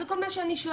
זה כל מה שאני שואלת.